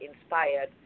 inspired